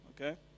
Okay